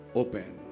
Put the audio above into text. open